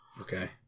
Okay